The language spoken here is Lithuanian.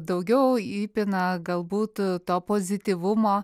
daugiau įpina galbūt to pozityvumo